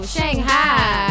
Shanghai